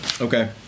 Okay